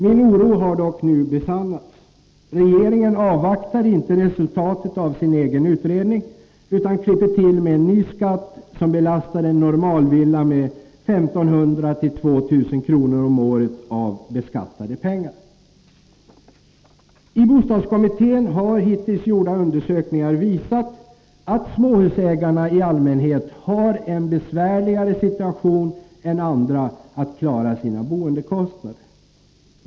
Min oro har dock nu besannats. Regeringen avvaktar inte resultatet av sin egen utredning, utan klipper till med en ny skatt, som belastar en normalvilla med 1 500-2 000 kr. om året av beskattade pengar. I bostadskommittén har hittills gjorda undersökningar visat att småhusägarna i allmänhet har en besvärligare situation än andra när det gäller att klara sina boendekostnader.